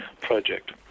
project